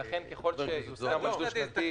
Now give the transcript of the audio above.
ולכן ככל שנישאר על דו-שנתי,